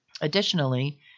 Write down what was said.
Additionally